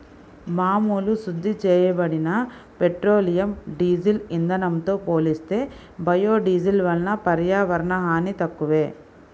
మామూలు శుద్ధి చేయబడిన పెట్రోలియం, డీజిల్ ఇంధనంతో పోలిస్తే బయోడీజిల్ వలన పర్యావరణ హాని తక్కువే